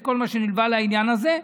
את כל מה שנלווה לעניין הזה,